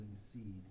seed